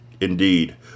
Indeed